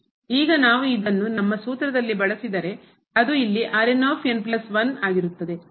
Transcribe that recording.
ಈಗ ನಾವು ಇದನ್ನು ನಮ್ಮ ಸೂತ್ರದಲ್ಲಿ ಬಳಸಿದರೆ ಅದು ಇಲ್ಲಿಆಗಿರುತ್ತದೆ